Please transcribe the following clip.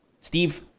Steve